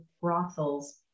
brothels